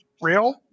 real